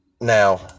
Now